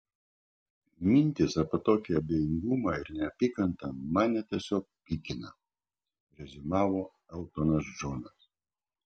mintys apie tokį abejingumą ir neapykantą mane tiesiog pykina reziumavo eltonas džonas